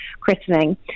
christening